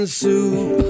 soup